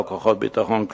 לא כוחות ביטחון.